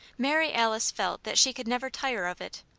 mary alice felt that she could never tire of it,